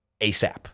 ASAP